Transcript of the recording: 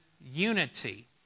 unity